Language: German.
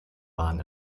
bahn